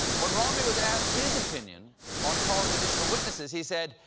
when romney was asked his opinion on calling additional witnesses, he said,